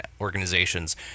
organizations